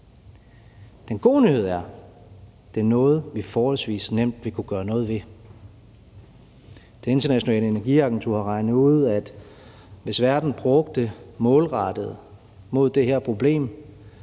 Den gode nyhed er, at det er noget, vi forholdsvis nemt vil kunne gøre noget ved. Det Internationale Energiagentur har regnet ud, at hvis verden brugte målrettet mod det her problem